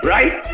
Right